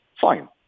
Fine